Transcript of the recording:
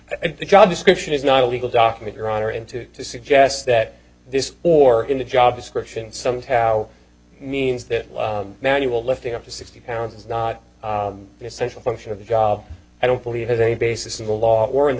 d the job description is not a legal document your honor into to suggest that this or in the job description somehow means that manual lifting up to sixty pounds is not an essential function of the job i don't believe has any basis in the law or in the